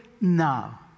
now